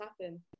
happen